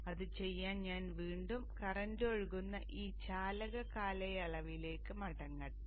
അതിനാൽ അത് ചെയ്യാൻ ഞാൻ വീണ്ടും കറന്റ് ഒഴുകുന്ന ഈ ചാലക കാലയളവിലേക്ക് മടങ്ങട്ടെ